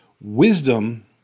wisdom